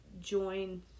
join